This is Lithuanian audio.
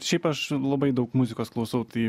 šiaip aš labai daug muzikos klausau tai